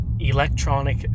electronic